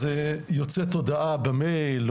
אז יוצאת הודעה במייל,